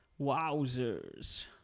Wowzers